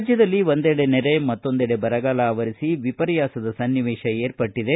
ರಾಜ್ವದಲ್ಲಿ ಒಂದೆಡೆ ನೆರೆ ಮತ್ತೊಂದೆಡೆ ಬರಗಾಲ ಆವರಿಸಿ ವಿಪರ್ಯಾಸದ ಸನ್ನಿವೇತ ಏರ್ಪಟ್ಟದೆ